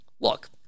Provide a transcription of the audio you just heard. Look